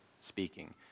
speaking